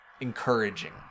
encouraging